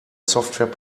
software